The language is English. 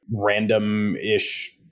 random-ish